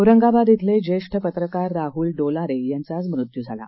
औरंगाबाद इथले ज्येष्ठ पत्रकार राहूल डोलारे यांचा आज मृत्यू झाला